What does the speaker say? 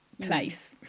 place